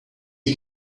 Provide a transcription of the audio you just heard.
you